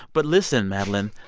but listen, madeline,